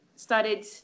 started